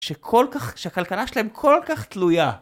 שהכלכלה שלהם כל כך תלויה.